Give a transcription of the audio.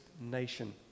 nation